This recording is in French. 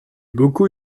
beaucoup